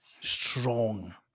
Strong